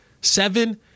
seven